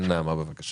כן, נעמה, בבקשה.